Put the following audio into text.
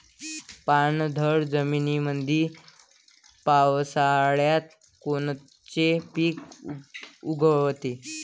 पाणथळ जमीनीमंदी पावसाळ्यात कोनचे पिक उगवते?